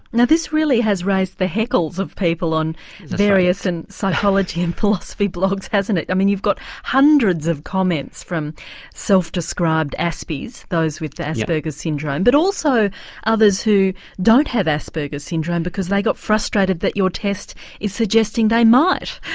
now this really has raised the hackles of people on various and psychology and philosophy blogs, hasn't it? i mean you've got hundreds of comments from self described aspies, those with asperger's syndrome. but also others who don't have asperger's syndrome, because they got frustrated that your test is suggesting they might.